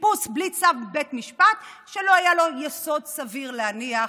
חיפוש בלי צו בית משפט שלא יהיה לו יסוד סביר להניח